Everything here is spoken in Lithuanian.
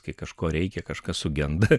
kai kažko reikia kažkas sugenda